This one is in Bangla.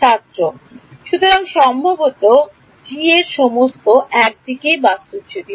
ছাত্র সুতরাং সম্ভবত এর মত এক দিক বাস্তুচ্যুতি